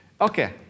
Okay